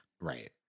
Right